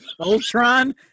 Ultron